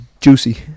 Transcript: juicy